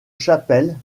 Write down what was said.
chapelle